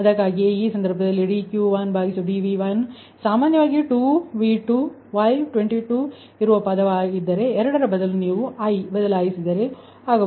ಆದ್ದರಿಂದ ಅದಕ್ಕಾಗಿಯೇ ಈ ಸಂದರ್ಭದಲ್ಲಿ ಇದು dQidVi ಇದು ಸಾಮಾನ್ಯ 2 V2 Y22 ಇರುವ ಪದವಾಗಿದ್ದರೆ 2 ರ ಬದಲು ನೀವು i ಬದಲಾಯಿಸಿದರೆ ಅದು ಸರಿ